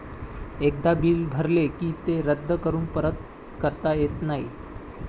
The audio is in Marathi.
एकदा बिल भरले की ते रद्द करून परत करता येत नाही